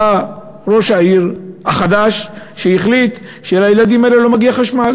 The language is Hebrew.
בא ראש העיר החדש והחליט שלילדים האלה לא מגיע חשמל.